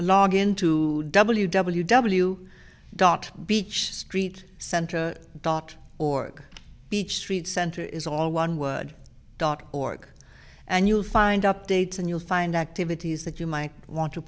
a log in to w w w dot beach street center dot org beech street center is all one word dot org and you'll find updates and you'll find activities that you might want to